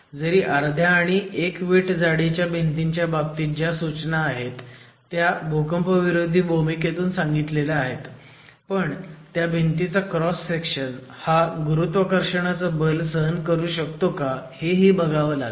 जरी अर्ध्या आणि एक वीट जाडीच्या भिंतीच्या बाबतीत ज्या सूचना आहेत त्या भूकंपविरोधी भूमिकेतून सांगितलेल्या आहेत पण त्या भिंतीचा क्रॉस सेक्शन हा गुरुत्वाकर्षणाचं बल सहन करू शकतो का हेही बघावं लागतं